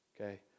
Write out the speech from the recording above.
Okay